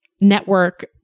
Network